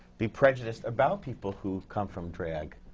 be prejudiced about people who come from drag,